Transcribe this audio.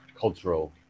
cultural